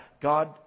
God